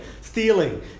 stealing